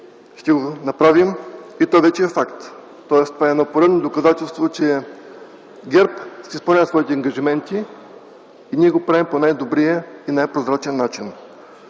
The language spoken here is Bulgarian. ще го направим. Той вече е факт. Това е поредно доказателство, че ГЕРБ изпълнява своите ангажименти. Ние го правим по най-добрия и най-прозрачен начин.